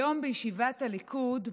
היום בישיבת הליכוד,